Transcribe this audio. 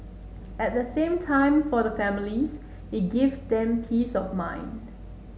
at the same time for the families it gives them peace of mind